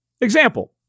Example